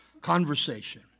conversation